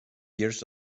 years